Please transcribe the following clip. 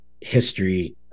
history